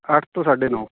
ਅੱਠ ਤੋਂ ਸਾਢੇ ਨੌ